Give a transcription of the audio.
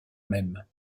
même